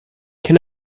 can